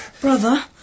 brother